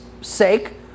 sake